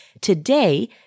today